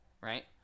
right